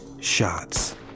shots